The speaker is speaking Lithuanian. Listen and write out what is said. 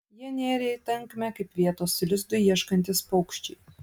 jie nėrė į tankmę kaip vietos lizdui ieškantys paukščiai